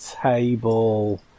table